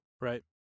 Right